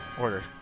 order